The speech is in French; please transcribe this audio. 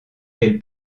quel